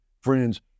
friends